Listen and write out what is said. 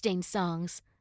songs